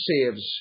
saves